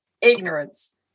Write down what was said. Ignorance